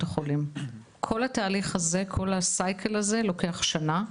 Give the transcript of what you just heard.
החולים כל התהליך המעגלי לוקח בערך כשנה,